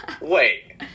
Wait